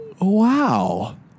wow